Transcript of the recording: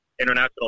international